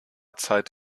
zeit